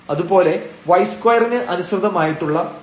അതുപോലെ y2 ന് അനുസൃതമായിട്ടുള്ള ഡെറിവേറ്റീവും